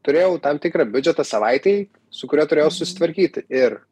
turėjau tam tikrą biudžetą savaitei su kuriuo turėjau susitvarkyti ir